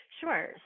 Sure